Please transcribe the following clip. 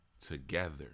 together